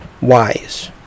wise